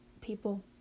people